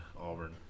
Auburn